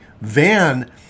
van